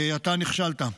אתה נכשלת.